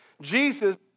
Jesus